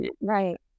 Right